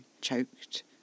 choked